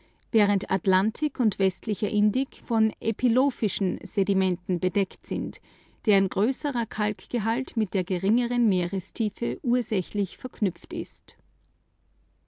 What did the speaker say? während atlantik und westlicher indik von epilophischen sedimenten bedeckt sind deren größerer kalkgehalt mit der geringeren meerestiefe ursächlich verknüpft ist